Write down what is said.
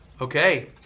Okay